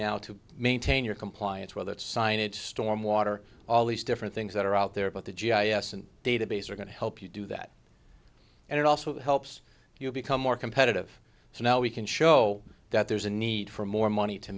now to maintain your compliance whether it's signage stormwater all these different things that are out there but the g i s and database are going to help you do that and it also helps you become more competitive so now we can show that there's a need for more money to